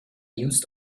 used